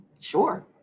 Sure